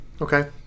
Okay